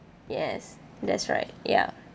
yes that's right ya